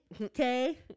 Okay